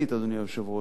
אדוני היושב-ראש,